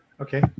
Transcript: Okay